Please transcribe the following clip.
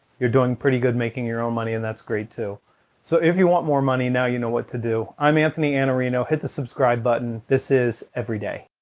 you're doing pretty good making your own money and that's great too so if you want more money now you know what to do. i'm anothony iannarino. hit the subscribe button and this is everyday.